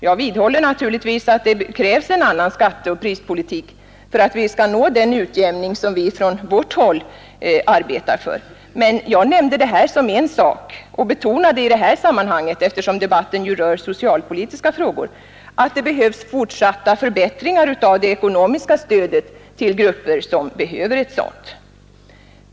Jag vidhåller naturligtvis att det krävs en annan skatteoch prispolitik för att vi skall nå den utjämning som vi från vårt håll arbetar för. Eftersom debatten rör socialpolitiska frågor betonade jag att det behövs fortsatta förbättringar av det ekonomiska stödet till grupper som behöver ett stöd.